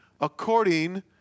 according